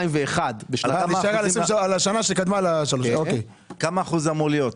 22', 21'. מהו אחוז ההפחתה שאמור להיות?